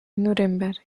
núremberg